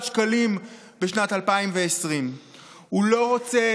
ההכרזה על מצב